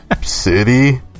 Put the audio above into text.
city